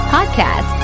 Podcast